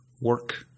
work